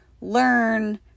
learn